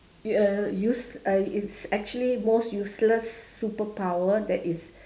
uh use uh it's actually most useless superpower that is